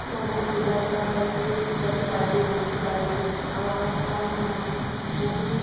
ସବୁ ପିଲାଛୁଆ ଭଲ୍ ସେ ପଢ଼ିପାରିବେ ବୁଝିପାରିବେ ଆଉ ଆମର୍ ସାର୍ ମ୍ୟାମ୍ ମାନେ ବହୁତ୍